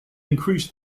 increase